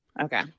Okay